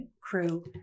crew